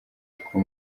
two